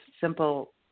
simple